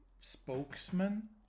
spokesman